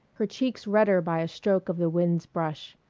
her cheeks redder by a stroke of the wind's brush,